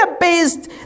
based